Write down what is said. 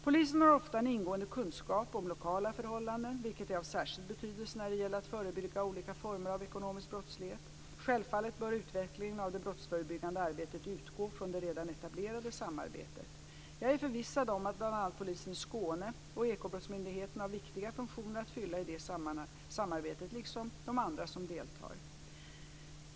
Polisen har ofta en ingående kunskap om lokala förhållanden, vilket är av särskild betydelse när det gäller att förebygga olika former av ekonomisk brottslighet. Självfallet bör utvecklingen av det brottsförebyggande arbetet utgå från det redan etablerade samarbetet. Jag är förvissad om att bl.a. polisen i Skåne och Ekobrottsmyndigheten har viktiga funktioner att fylla i det samarbetet liksom de andra som deltar i verksamheten.